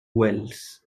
wells